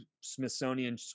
smithsonian